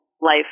life